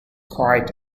quiet